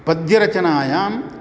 पद्यरचनायां